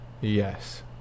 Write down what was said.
Yes